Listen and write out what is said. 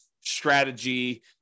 strategy